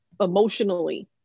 emotionally